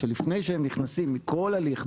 שלפני שנכנסים מכל הליך,